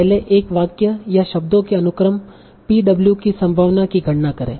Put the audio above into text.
पहले एक वाक्य या शब्दों के अनुक्रम Pw की संभावना की गणना करें